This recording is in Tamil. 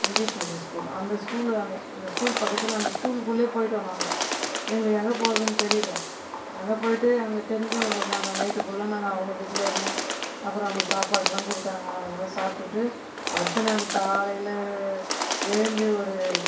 இங்கிலீஷ் மீடியம் ஸ்கூல் அந்த ஸ்கூல் வேனு அந்த ஸ்கூல் பக்கத்தில் அந்த ஸ்கூல்குள்ளையே போயிட்டோம் நாங்கள் எங்களுக்கு எங்கே போறதுன்னு தெரியல அங்கே போயிட்டு அங்கே தெரிஞ்சவங்க இருந்தாங்க நைட்டு ஃபுல்லாக நாங்கள் அவங்க வீட்லேயே இருந்தோம் அப்புறம் அவங்க சாப்பாடெலாம் கொடுத்தாங்க அங்கே சாப்பிடுட்டு அடுத்த நாள் காலையில எழுந்து ஒரு